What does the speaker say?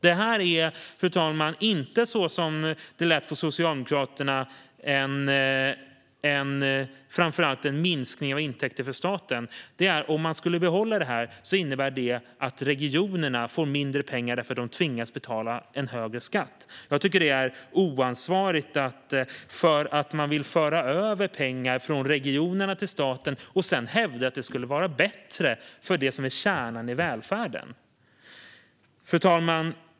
Det här är inte, som det lät på Socialdemokraterna, framför allt en minskning av intäkter för staten. Om man skulle behålla det här innebär det att regionerna får mindre pengar därför att de tvingas betala en högre skatt. Jag tycker att det är oansvarigt att man vill föra över pengar från regionerna till staten och hävdar att det skulle vara bättre för det som är kärnan i välfärden. Fru talman!